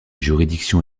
juridictions